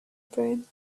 brain